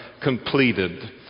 completed